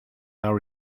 our